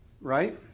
right